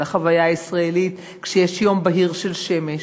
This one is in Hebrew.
על החוויה הישראלית כשיש יום בהיר של שמש.